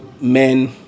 men